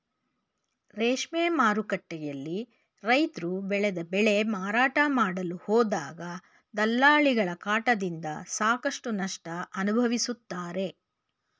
ರೇಷ್ಮೆ ಮಾರುಕಟ್ಟೆಯಲ್ಲಿ ರೈತ್ರು ಬೆಳೆದ ಬೆಳೆ ಮಾರಾಟ ಮಾಡಲು ಹೋದಾಗ ದಲ್ಲಾಳಿಗಳ ಕಾಟದಿಂದ ಸಾಕಷ್ಟು ನಷ್ಟ ಅನುಭವಿಸುತ್ತಾರೆ